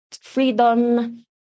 freedom